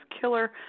killer